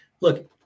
look